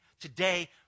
today